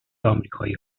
آمریکایی